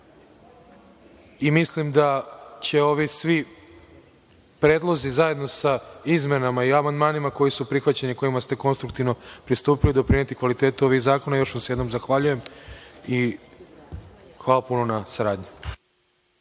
Mislim da će ovi svi predlozi, zajedno sa izmenama i amandmanima koji su prihvaćeni i kojima ste konstruktivno pristupili, doprineti kvalitetu ovih zakona. Još vam se jednom zahvaljujem. Hvala puno na saradnji.